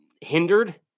hindered